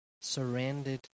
surrendered